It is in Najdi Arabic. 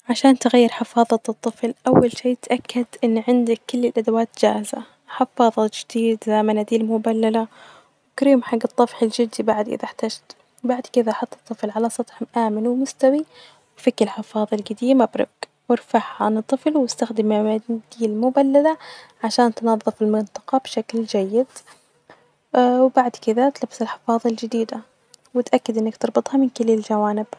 عشان تغير حفاظة الطفل أول شئ تأكد إن عندك كل الأدوات جاهزة، حفاظ جديد ،مناديل مبللة، وكريم حج الطفح الجلدي إذا إحتجت ،بعد كدة أحط الطفل علي سطح آمن ومستوي وفك الحفاظة الجديمة برفج وارفعها عن الطفل واستخد مناديل مبللة عشان تنظف المنطقة بشكل جيد، وبعد كده تلبسة الحفاظة الجديدة وأتأكد أنك تربطها بكل الجوانب.